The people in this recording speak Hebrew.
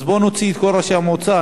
אז בואו נוציא את כל ראשי המועצה,